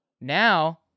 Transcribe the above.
now